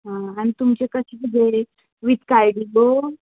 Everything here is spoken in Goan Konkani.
हां आनी तुमचें कशें कितें वीथ कार्डिओ